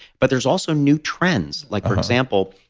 but there's also new trends. like for example